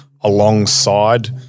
alongside